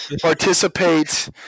participate